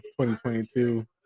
2022